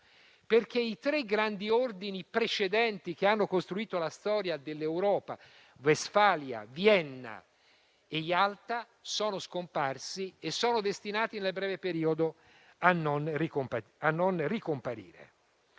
perché i tre grandi ordini precedenti che hanno costruito la storia dell'Europa (Westfalia, Vienna e Yalta) sono scomparsi e sono destinati nel breve periodo a non ricomparire.